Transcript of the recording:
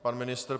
Pan ministr.